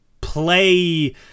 play